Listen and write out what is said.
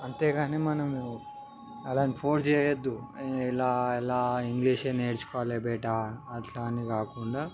అంతేగాని మనము వాళ్ళని ఫోర్స్ చేయవద్దు ఇలా ఇలా ఇంగ్లీషే నేర్చుకోవాలి బేటా అట్లా అని కాకుండా